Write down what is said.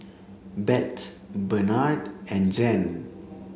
Bette Benard and Jann